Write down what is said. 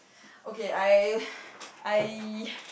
okay I I